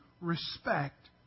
respect